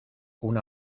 una